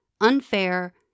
unfair